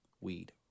Weed